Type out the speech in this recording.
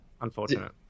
unfortunate